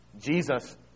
Jesus